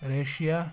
Russia